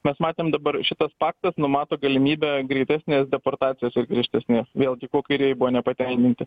mes matėm dabar šitas paktas numato galimybę greitesnės deportacijos ir griežtesnės vėlgi kuo kairieji buvo nepatenkinti